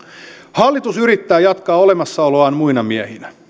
hallitus yrittää jatkaa olemassaoloaan muina miehinä